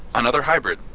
another hybrid.